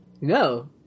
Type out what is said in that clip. No